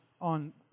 on